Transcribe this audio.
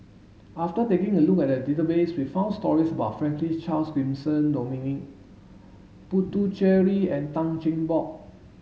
after taking a look at the database we found stories about Franklin Charles Gimson Dominic Puthucheary and Tan Cheng Bock